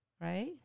right